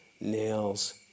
nails